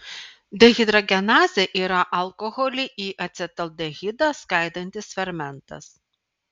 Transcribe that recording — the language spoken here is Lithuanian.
dehidrogenazė yra alkoholį į acetaldehidą skaidantis fermentas